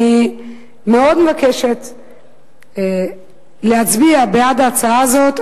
אני מאוד מבקשת להצביע בעד ההצעה הזאת.